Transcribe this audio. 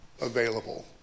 available